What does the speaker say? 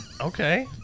Okay